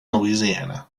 louisiana